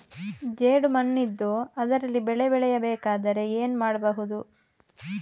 ಜೇಡು ಮಣ್ಣಿದ್ದು ಅದರಲ್ಲಿ ಬೆಳೆ ಬೆಳೆಯಬೇಕಾದರೆ ಏನು ಮಾಡ್ಬಹುದು?